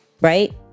right